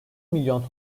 milyon